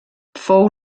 fou